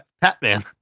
Batman